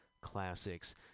Classics